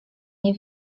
nie